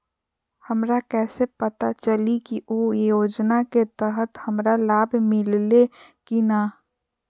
हमरा कैसे पता चली की उ योजना के तहत हमरा लाभ मिल्ले की न?